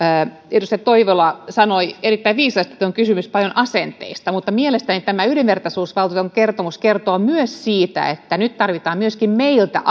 edustaja toivola sanoi erittäin viisaasti että on kysymys paljon asenteista mutta mielestäni tämä yhdenvertaisuusvaltuutetun kertomus kertoo myös siitä että nyt tarvitaan myöskin meiltä